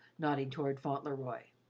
nodding toward fauntleroy.